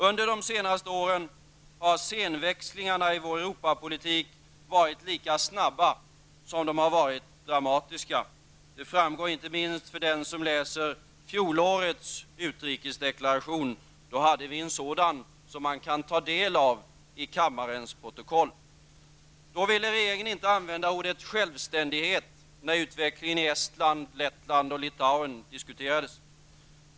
Under de senaste åren har scenväxlingarna i vår Europa-politik varit lika snabba som de har varit dramatiska. Det framgår inte minst för den som läser fjolårets utrikesdeklaration. Då hade vi en sådan som man kan ta del av i kammarens protokoll. Då ville regeringen inte använda ordet självständighet när utvecklingen i Estland, Lettland och Litauen diskuterades.